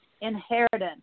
inheritance